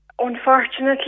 Unfortunately